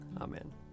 Amen